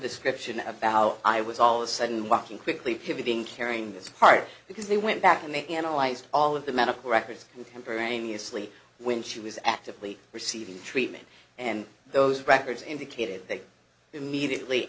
description about i was all of sudden walking quickly pivoting carrying this part because they went back and they analyzed all of the medical records contemporaneously when she was actively receiving treatment and those records indicated they immediately